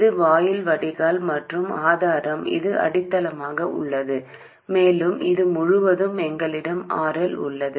இது வாயில் வடிகால் மற்றும் ஆதாரம் இது அடித்தளமாக உள்ளது மேலும் இது முழுவதும் எங்களிடம் RL உள்ளது